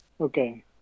Okay